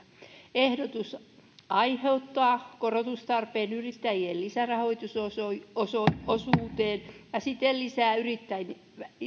ehdotus aiheuttaa korotustarpeen yrittäjien lisärahoitusosuuteen ja siten lisää yrittäjien